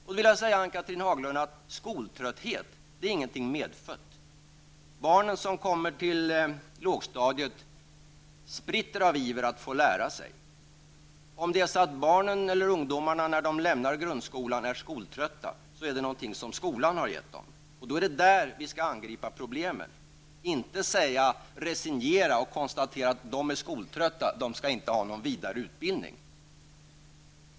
Jag vill då säga att skoltrötthet inte är något som är medfött. När barnen kommer till lågstadiet spritter de av iver att få lära sig olika saker. Om barn eller ungdomar är skoltrötta när de lämnar grundskolan, är det någonting som skolan är orsak till. Det är där som vi skall angripa problemen. Vi får inte resignera och bara konstatera att barnen är skoltrötta och att de inte skall ha någon vidareutbildning.